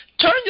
Turn